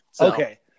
Okay